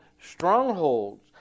strongholds